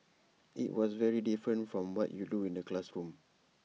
IT was very different from what you do in the classroom